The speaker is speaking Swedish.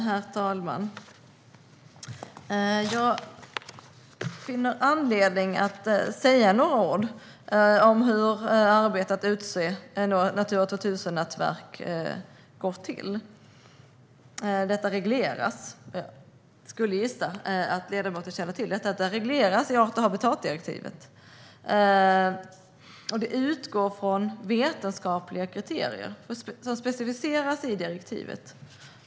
Herr talman! Jag finner anledning att säga några ord om hur arbetet att utse Natura 2000-nätverk går till. Jag gissar att ledamoten känner till att detta regleras i art och habitatdirektivet. Det utgår från vetenskapliga kriterier, som specificeras i direktivet.